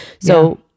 So-